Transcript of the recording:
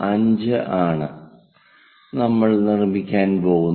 5 ആണ് നമ്മൾ നിർമ്മിക്കാൻ പോകുന്നത്